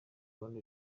rwanda